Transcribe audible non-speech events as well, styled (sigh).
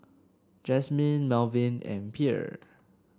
Jasmin Melvin and (unintelligible)